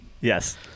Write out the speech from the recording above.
Yes